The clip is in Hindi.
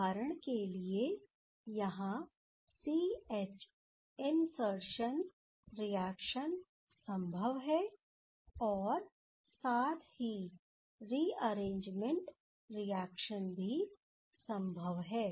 उदाहरण के लिए यहां सी एच इनसर्शन रिएक्शन संभव हैं और साथ ही रीअरेंजमेंट रिएक्शन भी संभव हैं